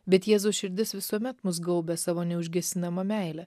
bet jėzus širdis visuomet mus gaubia savo neužgesinama meile